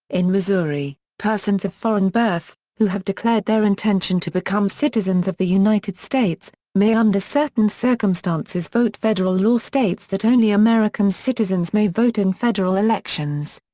in missouri, persons of foreign birth, who have declared their intention to become citizens of the united states, may under certain circumstances vote federal law states that only american citizens may vote in federal elections.